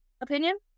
opinion